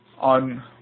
on